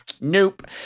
nope